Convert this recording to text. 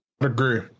Agree